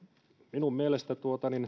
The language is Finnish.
minun mielestäni